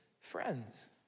friends